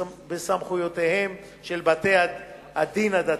ובסמכויותיהם של בתי-הדין הדתיים.